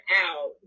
out